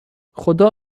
خدا